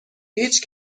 هیچ